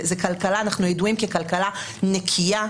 אנחנו ידועים ככלכלה נקייה.